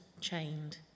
chained